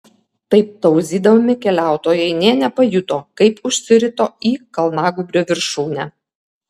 taip tauzydami keliautojai nė nepajuto kaip užsirito į kalnagūbrio viršūnę